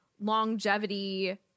longevity